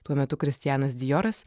tuo metu kristianas dijoras